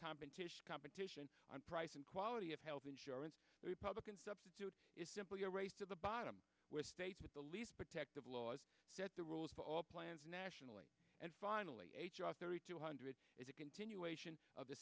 competition competition on price and quality of health insurance republican substitute is simply a race to the bottom where states with the least protective laws set the rules for all plans nationally and finally h r thirty two hundred is a continuation of the